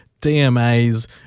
DMAs